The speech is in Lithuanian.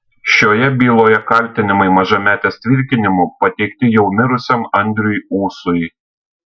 šioje byloje kaltinimai mažametės tvirkinimu pateikti jau mirusiam andriui ūsui